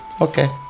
Okay